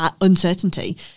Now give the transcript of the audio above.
uncertainty